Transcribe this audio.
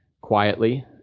quietly